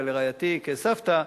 ולרעייתי כסבתא,